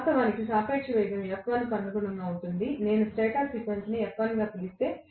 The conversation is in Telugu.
వాస్తవానికి సాపేక్ష వేగం f1 కు అనుగుణంగా ఉంటుంది నేను స్టేటర్ ఫ్రీక్వెన్సీని f1 గా పిలుస్తే